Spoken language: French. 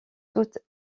toutes